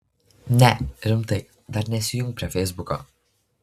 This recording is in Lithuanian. ne rimtai dar nesijunk prie feisbuko